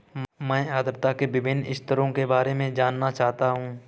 मैं आर्द्रता के विभिन्न स्तरों के बारे में जानना चाहता हूं